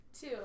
Two